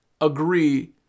agree